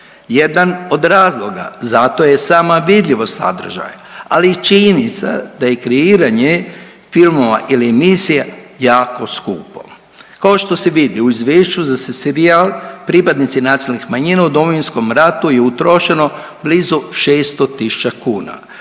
Jedan od razloga zato je sama vidljivost sadržaja, ali i činjenica da je kreiranje filmova ili emisija jako skupo. Kao što se vidi u izvješću za serijal pripadnici nacionalnih manjina u Domovinskom ratu je utrošeno blizu 600 tisuća